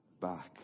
back